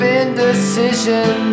indecision